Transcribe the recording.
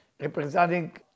representing